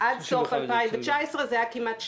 עד סוף 2019. זה היה כמעט שנתיים,